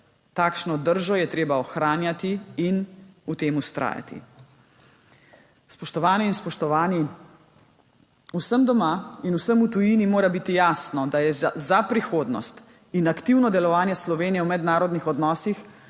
Takšno držo je treba ohranjati in v tem vztrajati. Spoštovane in spoštovani! Vsem doma in vsem v tujini mora biti jasno, da je za prihodnost in aktivno delovanje Slovenije v mednarodnih odnosih